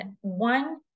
one